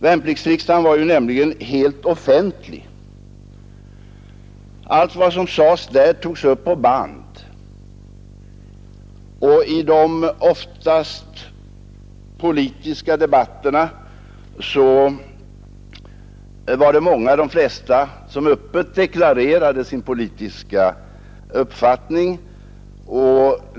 Värnpliktsriksdagen var ju offentlig. Allt vad som sades där togs upp på band, och i debatterna deklarerade de flesta öppet sin politiska uppfattning.